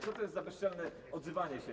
Co to jest za bezczelne odzywanie się?